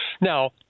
Now